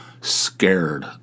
scared